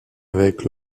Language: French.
avec